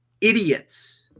idiots